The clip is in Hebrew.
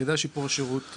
יחידת שיפור השירות,